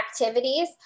activities